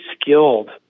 skilled